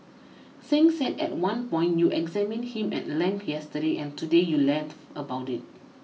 Singh said at one point you examined him at length yesterday and today you laugh about it